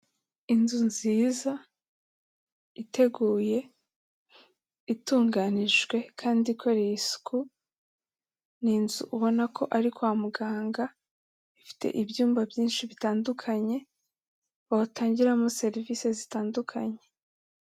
Inzu nziza iteguye itunganyijwe kandi ikoreye isuku, ni inzu ubona ko ari kwa muganga, ifite ibyumba byinshi bitandukanye, watangiramo serivisi zitandukanye.